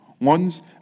ones